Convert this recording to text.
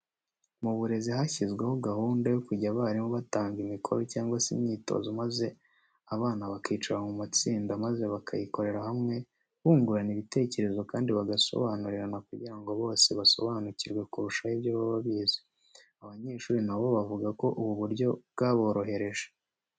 Mu burezi hashyizweho gahunda yo kujya abarimu batanga imikoro cyangwa se imyitozo maze abana bakicara mu matsinda maze bakayikorera hamwe, bungurana ibitecyerezo kandi bagasobanurirana kugira ngo bose basobanukirwe kurushaho ibyo baba bize. Abanyeshuri na bo bavuga ko ubu buryo bwaborohereje.